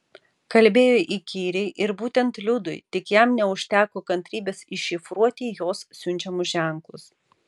kalbėjo įkyriai ir būtent liudui tik jam neužteko kantrybės iššifruoti jos siunčiamus ženklus